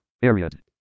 Period